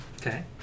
Okay